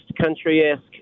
country-esque